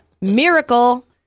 Miracle